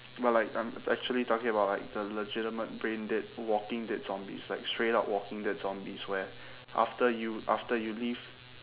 but like I'm actually talking about like the legitimate brain dead walking dead zombies like straight up walking dead zombies where after you after you leave